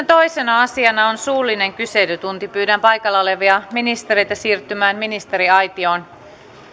toisena asiana on suullinen kyselytunti pyydän paikalla olevia ministereitä siirtymään ministeriaitioon